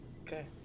Okay